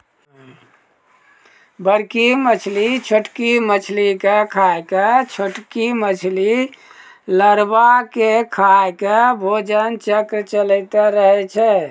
बड़की मछली छोटकी मछली के खाय के, छोटकी मछली लारवा के खाय के भोजन चक्र चलैतें रहै छै